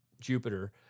Jupiter